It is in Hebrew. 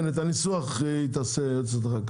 כן רק את הניסוח היא תעשה היועצת אחר כך.